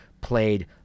played